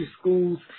schools